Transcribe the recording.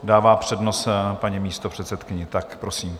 Dává přednost paní místopředsedkyni, tak prosím.